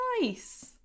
Nice